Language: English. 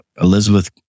Elizabeth